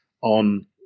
on